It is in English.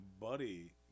buddy